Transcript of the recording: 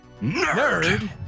nerd